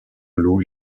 lou